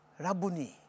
Rabuni